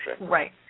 Right